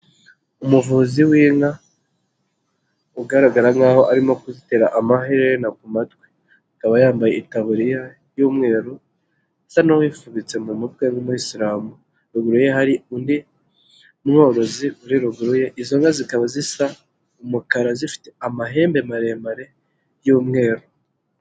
Umuvuzi w'inka ugaragara nk'aho arimo kuzitera amahere no ku matwi, akaba yambaye itaburiya y'umweru asa n'uwifubitse mu mutwe nk'umuyisilamu, ruguruye hari undi mworozi uri ruguruye, izo nka zikaba zisa umukara zifite amahembe maremare y'umweru.